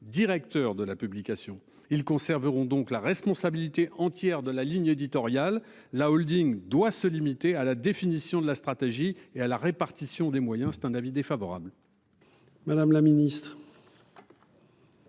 directeur de la publication. Ils conserveront donc la responsabilité entière de la ligne éditoriale. La Holding doit se limiter à la définition de la stratégie et à la répartition des moyens, c'est un avis défavorable.